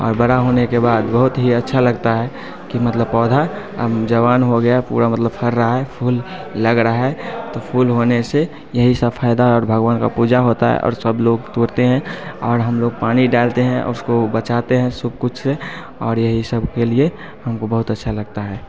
और बड़ा होने के बाद बहुत ही अच्छा लगता है कि मतलब पौधा जवान हो गया पूरा मतलब फल रहा है फूल लग रहा है तो फूल होने से यही सब फ़ायदा और भगवान की पूजा होती है और सब लोग तोड़ते हैं और हम लोग पानी डालते हैं उसको बचाते हैं सब कुछ से और यही सब के लिए हम को बहुत अच्छा लगता है